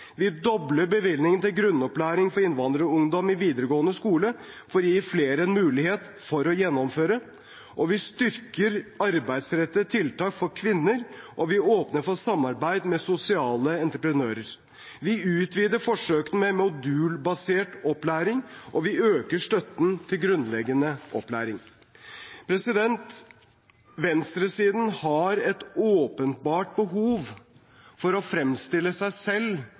Vi dobler bevilgningen til grunnopplæring for innvandrerungdom i videregående skole, for å gi flere en mulighet til å gjennomføre. Vi styrker arbeidsrettede tiltak for kvinner, og vi åpner for samarbeid med sosiale entreprenører. Vi utvider forsøkene med modulstrukturert opplæring, og vi øker støtten til grunnleggende opplæring. Venstresiden har et åpenbart behov for å fremstille seg selv